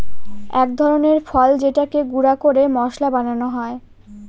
এক ধরনের ফল যেটাকে গুঁড়া করে মশলা বানানো হয়